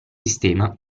sistema